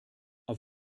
auf